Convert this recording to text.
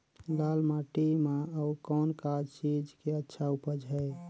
लाल माटी म अउ कौन का चीज के अच्छा उपज है?